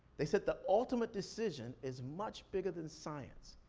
they said the ultimate decision is much bigger than science.